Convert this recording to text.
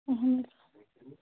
آہَن حظ